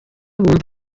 bumva